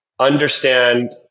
understand